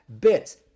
bits